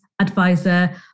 advisor